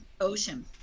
ocean